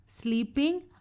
sleeping